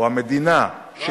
או המדינה,